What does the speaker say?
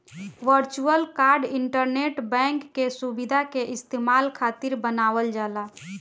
virtual card internet bank के सुविधा के इस्तेमाल खातिर बनावल जाला